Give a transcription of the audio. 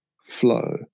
flow